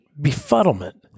befuddlement